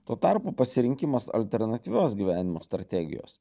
tuo tarpu pasirinkimas alternatyvios gyvenimo strategijos